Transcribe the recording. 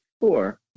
four